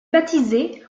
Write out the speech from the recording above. baptisé